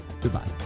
Goodbye